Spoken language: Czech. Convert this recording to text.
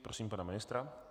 Prosím pana ministra.